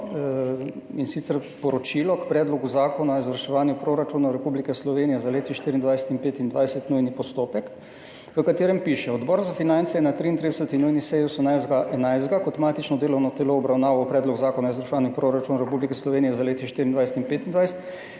in sicer Poročilo k Predlogu zakona o izvrševanju proračunov Republike Slovenije za leti 2024 in 2025, nujni postopek, v katerem piše: »Odbor za finance je na 33. nujni seji 18. 11. 2023 kot matično delovno telo obravnaval Predlog zakona o izvrševanju proračuna Republike Slovenije za leti 2024 in 2025,